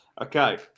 okay